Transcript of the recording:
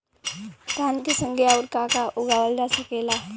धान के संगे आऊर का का उगावल जा सकेला?